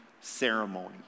ceremony